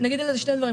אגיד על זה שני דברים.